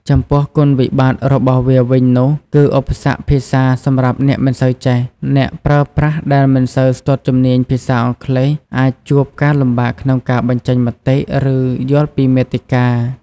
ចំពោះគុណវិបត្តិតរបស់វាវិញនោះគឺឧបសគ្គភាសាសម្រាប់អ្នកមិនសូវចេះ អ្នកប្រើប្រាស់ដែលមិនសូវស្ទាត់ជំនាញភាសាអង់គ្លេសអាចជួបការលំបាកក្នុងការបញ្ចេញមតិ ឬយល់ពីមាតិកា។